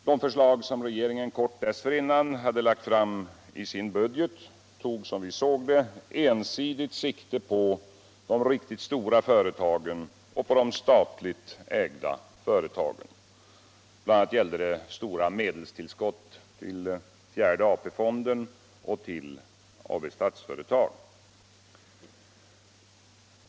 De förslag som regeringen kort dessförinnan hade lagt fram i budgeten tog, som vi såg det, ensidigt sikte på de riktigt stora företagen och de statligt ägda företagen. Bl. a. gällde det stora medelstillskott till fjärde AP-fonden och till Statsföretag.